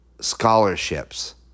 scholarships